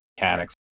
mechanics